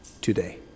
today